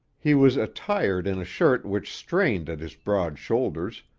he was attired in a shirt which strained at his broad shoulders,